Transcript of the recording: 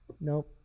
nope